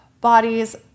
bodies